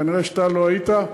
כנראה אתה לא היית.